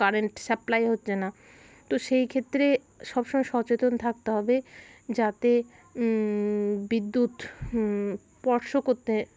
current supply হচ্ছে না তো সেই ক্ষেত্রে সব সময় সচেতন থাকতে হবে যাতে বিদ্যুৎ স্পর্শ করতে